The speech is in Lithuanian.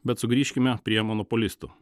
bet sugrįžkime prie monopolistų